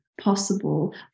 possible